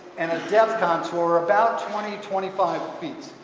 and a depth contour about twenty twenty five feet.